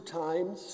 times